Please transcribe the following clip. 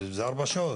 אופיר הוא הראשון.